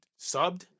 subbed